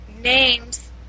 names